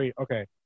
okay